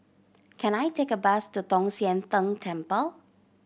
can I take a bus to Tong Sian Tng Temple